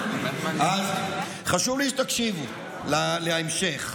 חשוב לי שתקשיבו להמשך.